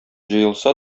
җыелса